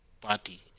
party